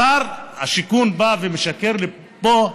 שר השיכון בא ומשקר פה,